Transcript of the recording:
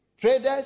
traders